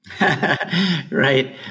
Right